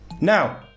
Now